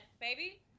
baby